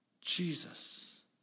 Jesus